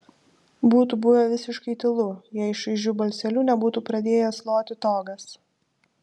būtų buvę visiškai tylu jei šaižiu balseliu nebūtų pradėjęs loti togas